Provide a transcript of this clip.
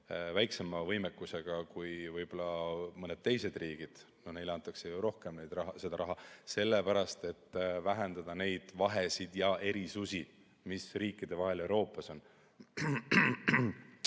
väiksema võimekusega kui võib-olla mõned teised riigid? Noh, neile antakse ju rohkem seda raha sellepärast, et vähendada neid vahesid ja erisusi, mis riikide vahel Euroopas on.